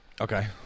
Okay